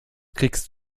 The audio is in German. kriegst